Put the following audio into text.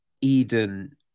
Eden